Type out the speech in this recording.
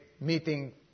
meeting